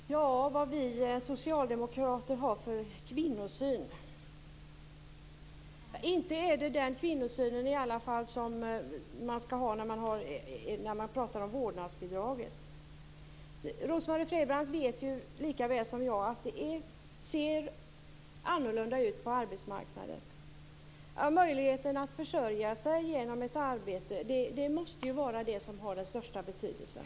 Fru talman! Vad vi socialdemokrater har för kvinnosyn frågar Rose-Marie Frebran om. Inte är det den kvinnosyn som man har när man talar om vårdnadsbidraget. Rose-Marie Frebran vet lika väl som jag att det ser annorlunda ut på arbetsmarknaden i dag. Möjligheten att försörja sig genom ett arbete måste vara det som har den största betydelsen.